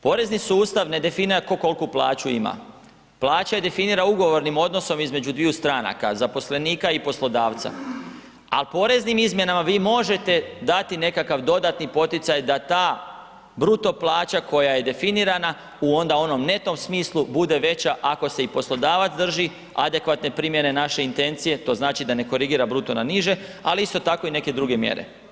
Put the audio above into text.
Porezni sustav ne definira tko koliku plaću ima, plaća definira ugovornim odnosom između dviju stranaka zaposlenika i poslodavca, ali poreznim izmjenama vi možete dati nekakav dodatni poticaj da ta bruto plaća koja je definirana u onda onom neto smislu bude veća ako se i poslodavac drži adekvatne primjere naše intencije, to znači da ne korigira bruto na niže, ali isto tako i neke druge mjere.